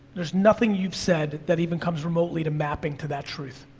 there's nothing you said that even comes remotely to mapping to that truth.